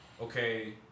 okay